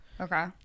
okay